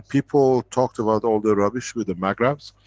people talked about all the rubbish with the magravs.